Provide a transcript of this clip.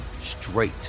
straight